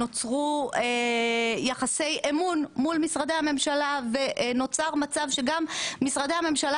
נוצרו יחסי אמון מול משרדי הממשלה ונוצר מצב שגם משרדי הממשלה